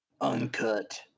uncut